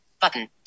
button